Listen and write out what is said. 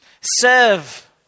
Serve